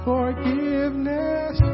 Forgiveness